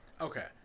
Okay